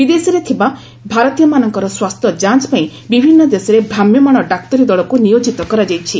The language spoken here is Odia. ବିଦେଶରେ ଥିବା ଭାରତୀୟମାନଙ୍କର ସ୍ୱାସ୍ଥ୍ୟ ଯାଞ୍ଚ୍ ପାଇଁ ବିଭିନ୍ନ ଦେଶରେ ଭ୍ରାମ୍ୟମାଣ ଡାକ୍ତରୀ ଦଳକୁ ନିୟୋଜିତ କରାଯାଇଛି